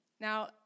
Now